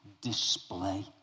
display